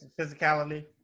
Physicality